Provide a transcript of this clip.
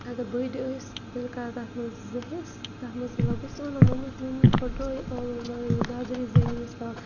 اگر بٔڑۍ ٲسۍ تیٚلہِ کَر تَتھ منٛز زٕ حصہٕ تَتھ منٛز تُلو بہٕ چھس وَنان موٚمَس موٚمَن پھٕٹروو یہِ ٲلوٕ مگر یہِ ددری زٔمیٖنَس تَل